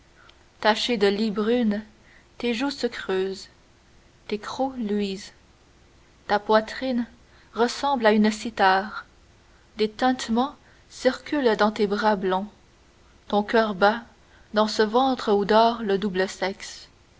tachées de lies brunes tes joues se creusent tes crocs luisent ta poitrine ressemble à une cithare des tintements circulent dans tes bras blonds ton coeur bat dans ce ventre où dort le double sexe